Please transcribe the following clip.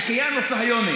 (אומר בערבית ומתרגם:)